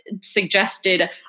suggested